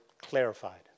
clarified